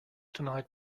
denied